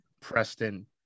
Preston